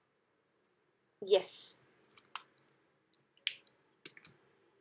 yes